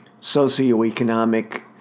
socioeconomic